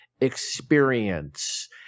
experience